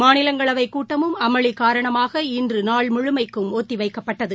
மாநிலங்களை கூட்டமும் அமளி காரணமாக இன்று நாள் முழுமைக்கும் ஒத்தி வைக்கப்பட்டது